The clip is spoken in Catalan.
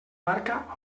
barca